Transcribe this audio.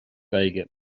gaeilge